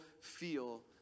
feel